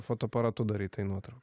fotoaparatu darytai nuotraukai